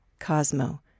Cosmo